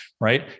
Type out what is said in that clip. right